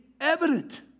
evident